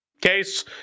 case